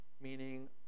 Meaning